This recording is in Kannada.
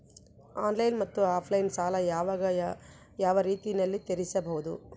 ಆನ್ಲೈನ್ ಮತ್ತೆ ಆಫ್ಲೈನ್ ಸಾಲ ಯಾವ ಯಾವ ರೇತಿನಲ್ಲಿ ತೇರಿಸಬಹುದು?